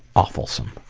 awfulsome.